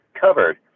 covered